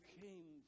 came